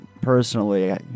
personally